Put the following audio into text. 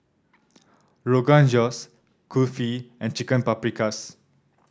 Rogan Josh Kulfi and Chicken Paprikas